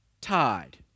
tied